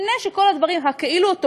לפני שכל הדברים הכאילו-אוטומטיים,